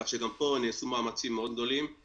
כך שגם פה נעשו מאמצים גדולים מאוד